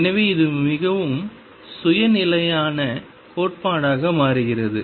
எனவே இது மிகவும் சுய நிலையான கோட்பாடாக மாறுகிறது